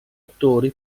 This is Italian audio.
attori